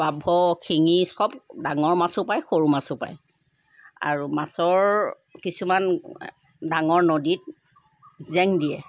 পাভ শিঙি চব ডাঙৰ মাছো পায় সৰু মাছো পায় আৰু মাছৰ কিছুমান ডাঙৰ নদীত জেং দিয়ে